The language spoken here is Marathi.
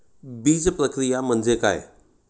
बीजप्रक्रिया म्हणजे काय?